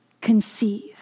conceive